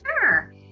Sure